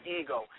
ego